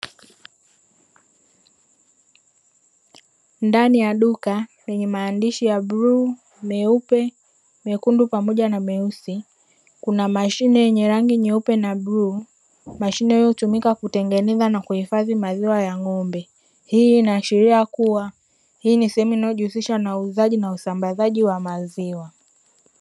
Ndani ya duka lenye maandishi ya bluu, meupe, mekundu pamoja na meusi, kuna mashine yenye rangi nyeupe na bluu, mashine inayotumika kutengeneza na kuhifadhi maziwa ya ng'ombe. Hii inaashiria kuwa, ni sehemu inayojihusisha na uuzaji na usambazaji wa maziwa.